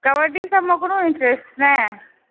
कबड्डी सभमे कोनो इन्ट्रेस्ट नहि